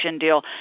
deal